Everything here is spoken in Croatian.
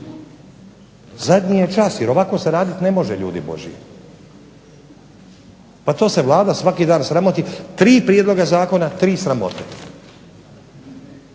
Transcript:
Zadnji je čas jer ovako se raditi ne može ljudi Božji. Pa to se Vlada svaki dan sramoti. Tri prijedloga zakona, tri sramote.